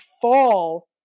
fall